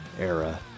era